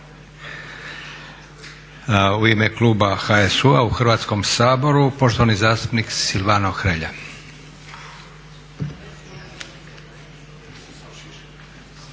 U ime kluba HSU-a u Hrvatskom saboru poštovani zastupnik Silvano Hrelja.